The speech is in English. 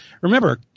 Remember